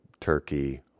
Turkey